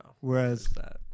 Whereas